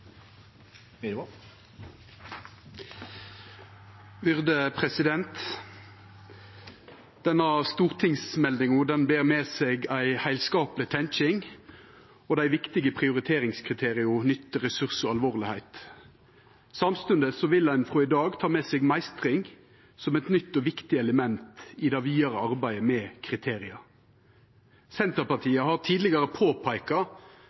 Denne stortingsmeldinga ber med seg ei heilskapleg tenking og dei viktige prioriteringskriteria nytte, ressurs og alvorlegheit. Samstundes vil ein frå i dag ta med seg meistring som eit nytt og viktig element i det vidare arbeidet med kriteria. Senterpartiet har tidlegare påpeika